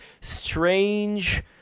Strange